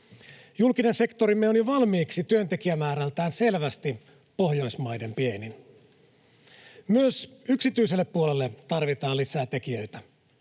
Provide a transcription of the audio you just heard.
Julkinen sektorimme on jo valmiiksi työntekijämäärältään selvästi Pohjoismaiden pienin. [Oikealta: Suurin!] Myös yksityiselle puolelle tarvitaan lisää tekijöitä